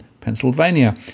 Pennsylvania